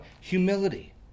Humility